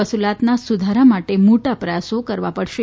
વસુલાતમાં સુધારા માટે મોટા પ્રયાસો કરવા પડશે